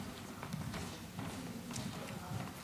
עשר